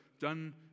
done